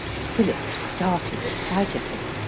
philip started at sight of him.